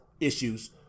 issues